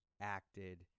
acted